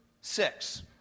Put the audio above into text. six